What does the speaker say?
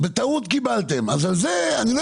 זה נכון